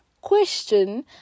question